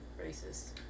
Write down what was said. racist